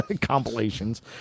compilations